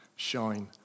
shine